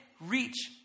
reach